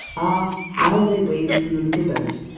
ah now they wave it from the little boat.